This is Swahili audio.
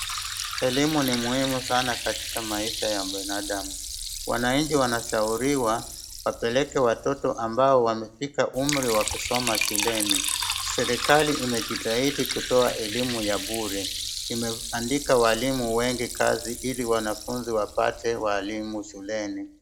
Elimu ni muhimu sana katika maisha ya binadamu. Wananchi wanashauriwa wapeleke watoto ambao wamefika umri wa kusoma shuleni. Serikali imejitahidi kutoa elimu ya bure, imeandika walimu wengi kazi ili wanafuzi wapate walimu shuleni.